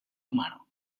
humano